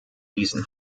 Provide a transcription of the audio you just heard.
diesen